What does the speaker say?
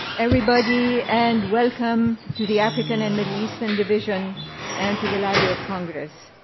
everybody and welcome to the african and middle eastern division and to the library of congress.